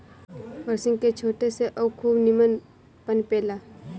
बरसिंग के छाटे से उ खूब निमन पनपे ला